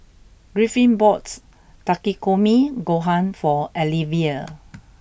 Griffin bought Takikomi Gohan for Alivia